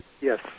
Yes